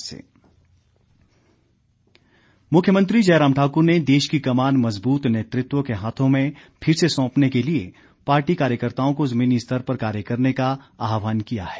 मुख्यमंत्री मुख्यमंत्री जयराम ठाकुर ने देश की कमान मजबूत नेतृत्व के हाथों में फिर से सौंपने के लिए पार्टी कार्यकर्ताओं को जमीनी स्तर पर कार्य का आहवान किया है